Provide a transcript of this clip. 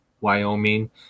Wyoming